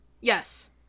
Yes